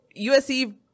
USC